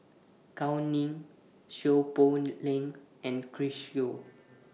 Gao Ning Seow Poh Leng and Chris Yeo